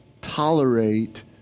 tolerate